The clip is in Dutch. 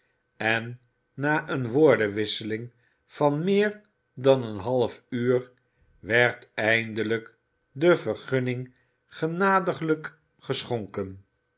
en na eene woordenwisseling van meer dan een half uur werd eindelijk de vergunning genadiglijk geschonken